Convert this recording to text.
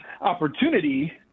opportunity